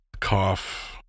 cough